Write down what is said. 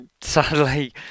sadly